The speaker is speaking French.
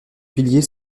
piliers